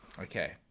Okay